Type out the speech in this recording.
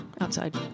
Outside